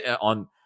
on